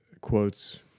quotes